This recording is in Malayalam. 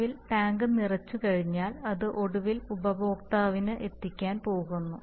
ഒടുവിൽ ടാങ്ക് നിറച്ചുകഴിഞ്ഞാൽ അത് ഒടുവിൽ ഉപഭോക്താവിന് എത്തിക്കാൻ പോകുന്നു